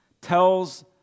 tells